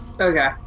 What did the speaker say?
Okay